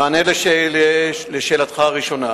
במענה על שאלתך הראשונה